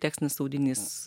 tekstinis audinys